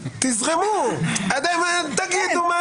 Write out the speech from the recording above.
תזרמו, תגידו.